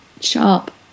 sharp